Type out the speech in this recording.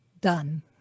done